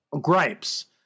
gripes